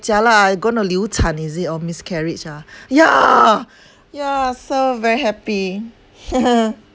jialat ah I gonna 流产 is it or miscarriage ah ya ya so very happy